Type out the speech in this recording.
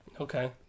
Okay